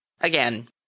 Again